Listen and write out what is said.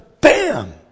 BAM